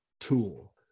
tool